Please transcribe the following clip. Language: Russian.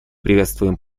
приветствуем